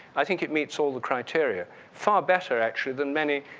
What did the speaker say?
i think it meets all the criteria far better actually than many